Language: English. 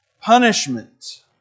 punishment